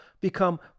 become